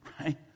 right